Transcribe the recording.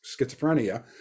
schizophrenia